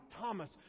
Thomas